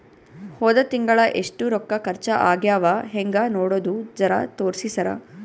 ಹೊದ ತಿಂಗಳ ಎಷ್ಟ ರೊಕ್ಕ ಖರ್ಚಾ ಆಗ್ಯಾವ ಹೆಂಗ ನೋಡದು ಜರಾ ತೋರ್ಸಿ ಸರಾ?